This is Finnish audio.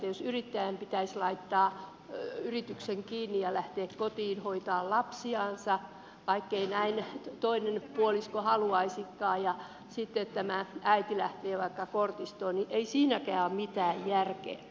jos yrittäjän pitäisi laittaa yritys kiinni ja lähteä kotiin hoitamaan lapsiansa vaikkei näin toinen puolisko haluaisikaan ja sitten tämä äiti lähtee vaikka kortistoon niin ei siinäkään ole mitään järkeä